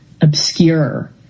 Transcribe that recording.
obscure